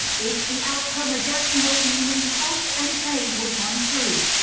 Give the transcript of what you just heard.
it's the outcome a jacksonville community hoped and prayed would come true.